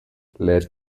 lädt